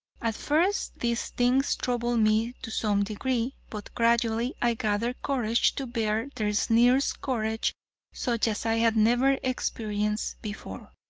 at first these things troubled me to some degree, but gradually i gathered courage to bear their sneers-courage such as i had never experienced before.